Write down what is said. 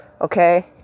Okay